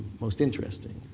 most interesting.